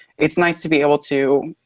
it's nice to be able to